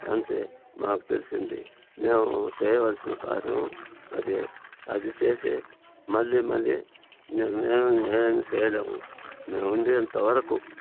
అంతే మాకు తెలిసింది మేము సేయవల్సిన కార్యము అది అది చేసి మళ్ళీ మళ్ళీ నేను ఏమీ ఏమీ సేయలేము మేముండేంత వరుకు